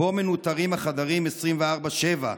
שבו מנוטרים החדרים 24/7?